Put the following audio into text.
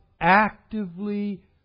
actively